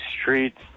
streets